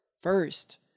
first